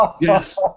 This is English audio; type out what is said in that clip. Yes